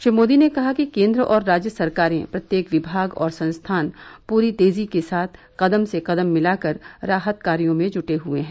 श्री मोदी ने कहा कि केन्द्र और राज्य सरकारें प्रत्येक विभाग और संस्थान पूरी तेजी के साथ कदम से कदम मिलाकर राहत कार्यो में जुटे हुए हैं